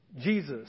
Jesus